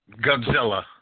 Godzilla